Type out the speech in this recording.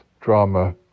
drama